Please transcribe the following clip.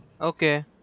Okay